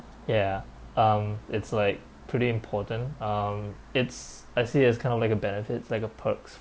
ya um it's like pretty important um it's I see it's kind of like a benefit like a perks